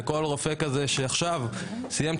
לכל רופא כזה שסיים עכשיו תורנות,